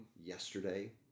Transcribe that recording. yesterday